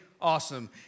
Awesome